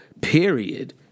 period